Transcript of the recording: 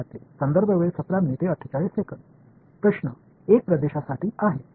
विद्यार्थीः संदर्भ वेळ 1748 प्रश्न 1 प्रदेशासाठी आहे